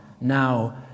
now